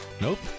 Nope